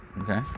okay